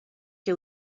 que